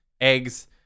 eggs